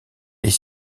est